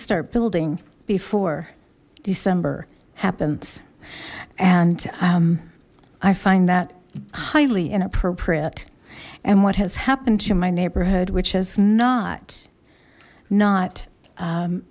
start building before december happens and i find that highly inappropriate and what has happened to my neighborhood which has not not